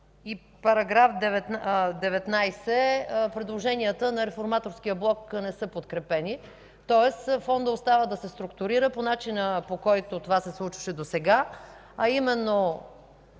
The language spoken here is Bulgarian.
–§ 18 и § 19, предложенията на Реформаторския блок не са подкрепени, тоест Фондът остава да се структурира по начина, по който това се случваше досега, а именно: